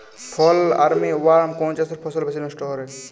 ফল armyworm কোন চাষের ফসল বেশি নষ্ট করে?